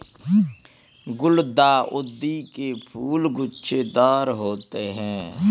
गुलदाउदी के फूल गुच्छेदार होते हैं